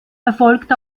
erfolgt